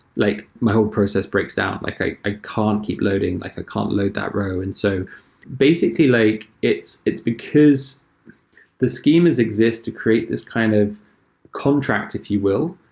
like my whole process breaks down. like i i can't keep loading. i like ah can't load that row. and so basically, like it's it's because the schemas exist to create this kind of contract, if you will,